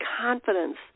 confidence